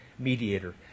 mediator